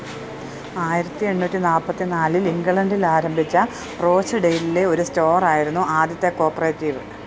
ആയിരത്തി എണ്ണൂറ്റി നാൽപ്പത്തി നാലിൽ ഇംഗ്ലണ്ടിൽ ആരംഭിച്ച റോച്ച്ഡെയ്ലിലെ ഒരു സ്റ്റോറായിരുന്നു ആദ്യത്തെ കോപ്പറേറ്റീവ്